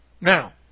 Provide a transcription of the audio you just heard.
now